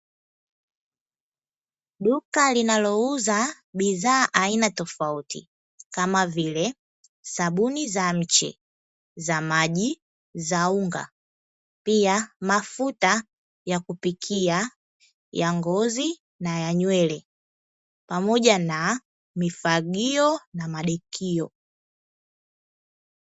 Duka linalouza bidhaa aina tofauti kama vile sabuni za mche za maji za unga pia mafuta ya kupikia ya ngozi na ya nywele pamoja na mifagio na madekio.